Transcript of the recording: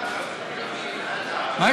מההתחלה.